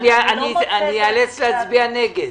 אאלץ להצביע נגד,